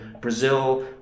Brazil